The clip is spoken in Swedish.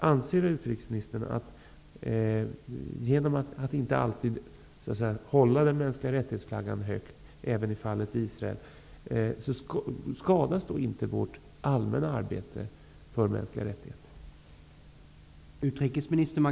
Anser inte utrikeministern att vi genom att inte hålla flaggan för mänskliga rättigheter högt även i fallet Israel skadar vårt allmänna arbete för mänskliga rättigheter?